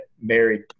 married